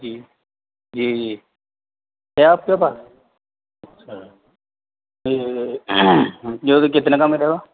جی جی جی ہے آپ کے پاس اچھا یہ یہ ویسے کتنے کا ملے گا